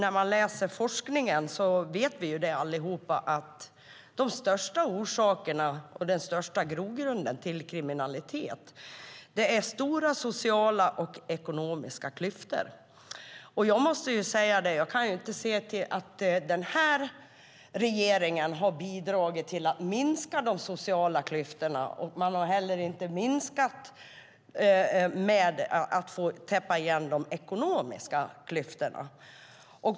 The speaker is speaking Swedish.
Vi vet allihop att forskningen har visat att de största orsakerna och den största grogrunden till kriminalitet är stora sociala och ekonomiska klyftor. Jag kan inte se att den här regeringen har bidragit till att minska de sociala klyftorna. Man har inte heller täppt igen de ekonomiska klyftorna.